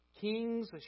Kings